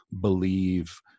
believe